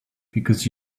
because